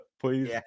please